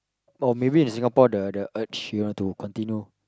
or maybe in Singapore the the urge you know to continue